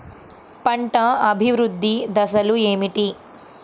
పంట అభివృద్ధి దశలు ఏమిటి?